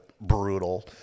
brutal